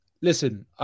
listen